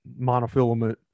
monofilament